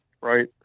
right